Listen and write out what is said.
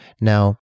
Now